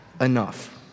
enough